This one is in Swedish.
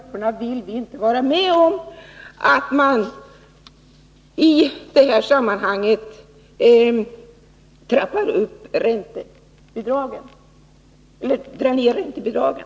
Vi vill då inte vara med om att man just för denna grupp drar ned räntebidragen.